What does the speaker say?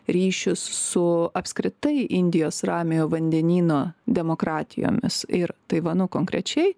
ryšius su apskritai indijos ramiojo vandenyno demokratijomis ir taivanu konkrečiai